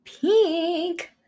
pink